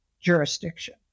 jurisdiction